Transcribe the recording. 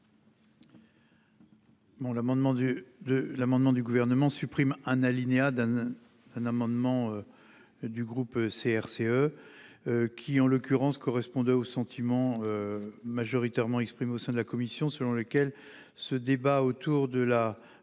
L'amendement du Gouvernement vise à supprimer un alinéa issu d'un amendement du groupe CRCE qui correspondait au sentiment majoritairement exprimé au sein de la commission selon lequel le débat autour de la